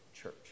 church